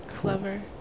Clever